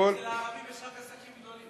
אבל אצל הערבים יש רק עסקים גדולים.